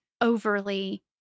overly